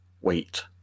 Wait